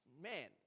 Man